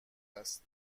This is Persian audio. است